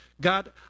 God